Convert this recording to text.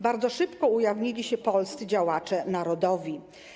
Bardzo szybko ujawnili się polscy działacze narodowi.